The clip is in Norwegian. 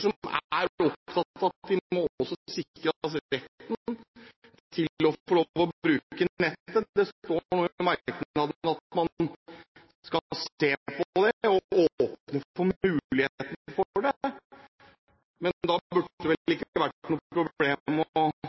som er opptatt at vi må sikre dem retten til å få lov til å bruke nettet. Det står i merknaden at man skal se på det og åpner for muligheten for det. Men da burde det vel ikke vært noe